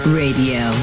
radio